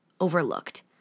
overlooked